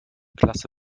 klasse